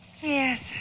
Yes